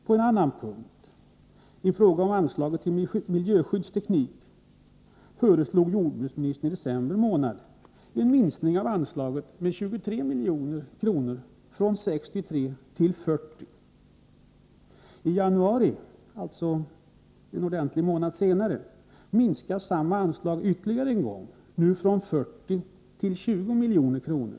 På en annan punkt — i fråga om anslaget till miljöskyddsteknik — föreslog jordbruksministern i december månad en minskning av anslaget med 23 milj.kr., från 63 till 40 miljoner. I januari, alltså drygt en månad senare, minskas samma anslag ytterligare en gång — från 40 till 20 milj.kr.